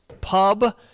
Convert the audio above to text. pub